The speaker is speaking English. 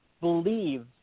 believe